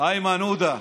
איימן עודה.